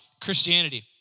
Christianity